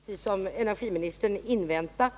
Herr talman! Jag skall naturligtvis också, precis som energiministern, invänta